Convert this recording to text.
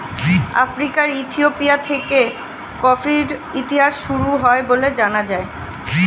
আফ্রিকার ইথিওপিয়া থেকে কফির ইতিহাস শুরু হয় বলে জানা যায়